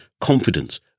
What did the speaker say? confidence